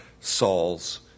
Saul's